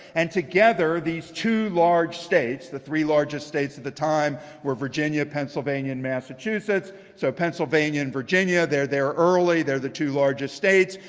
and together these two large states, the three largest states at the time were virginia, pennsylvania and massachusetts, so pennsylvania and virginia they're there early. they're the two largest states.